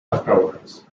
afterwards